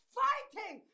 fighting